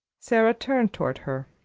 sara turned toward her.